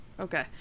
Okay